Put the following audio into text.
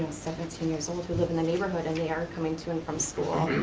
seventeen years old who live in the neighborhood, and they are coming to and from school,